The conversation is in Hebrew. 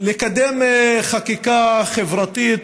ולקדם חקיקה חברתית,